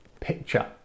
picture